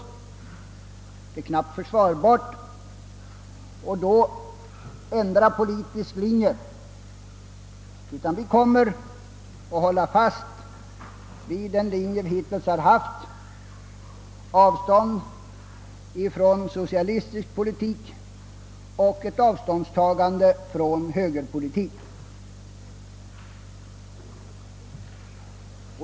Med detta utgångsläge är det knappast försvarbart att ändra politisk linje, utan vi kommer att hålla fast vid vår hittillsvarande linje med ett avståndstagande från socialistisk politik och från högerpolitik.